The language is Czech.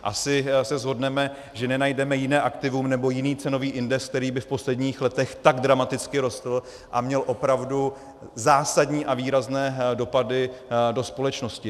Asi se shodneme, že nenajdeme jiné aktivum nebo jiný cenový index, který by v posledních letech tak dramaticky rostl a měl opravdu zásadní a výrazné dopady do společnosti.